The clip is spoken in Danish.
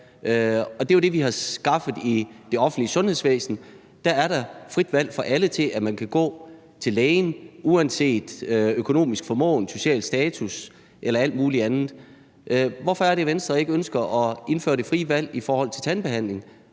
at det er det, man har skaffet i det offentlige sundhedsvæsen. Der er der et frit valg for alle til, at man kan gå til lægen uanset økonomisk formåen, social status eller alt muligt andet. Hvorfor er det, Venstre ikke ønsker at indføre det frie valg i forhold til tandbehandlingen